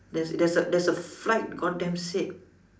there's there's there's a flight god damn sake